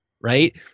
right